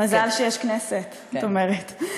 מזל שיש כנסת, את אומרת.